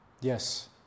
Yes